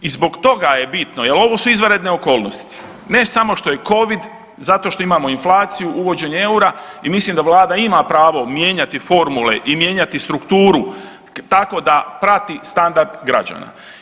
I zbog toga je bitno jel ovo su izvanredne okolnosti, ne samo što je covid, zato što imamo inflaciju, uvođenje eura i mislim da Vlada ima pravo mijenjati formule i mijenjati strukturu tako da prati standard građana.